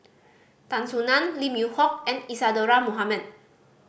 Tan Soo Nan Lim Hock and Isadhora Mohamed